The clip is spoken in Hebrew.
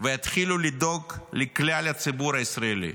ויתחילו לדאוג לכלל הציבור הישראלי?